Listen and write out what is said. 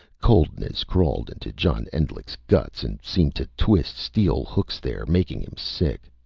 coldness crawled into john endlich's guts, and seemed to twist steel hooks there, making him sick.